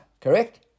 Correct